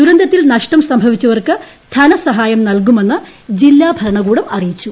ദുരന്തത്തിൽ നഷ്ടം സംഭവിച്ചവർക്ക് ധനസഹായം നൽകുമെന്ന് ജില്ലാഭരണകൂടം അറിയിച്ചു